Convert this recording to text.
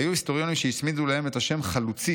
היו היסטוריונים שהצמידו להם את השם 'חלוצים',